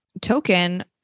token